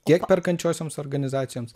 tiek perkančiosioms organizacijoms